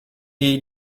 jej